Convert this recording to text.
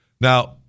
Now